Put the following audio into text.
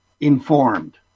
informed